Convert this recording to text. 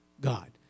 God